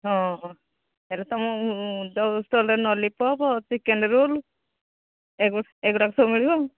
ହଁ ହେଲେ ତୁମ ଷ୍ଟଲରେ ଲଲିପପ୍ ଚିକେନ୍ ରୋଲ ଏ ଏଗୁଡ଼ାକ ସବୁ ମିଳିବ